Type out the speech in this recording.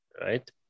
right